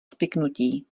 spiknutí